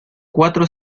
cuatro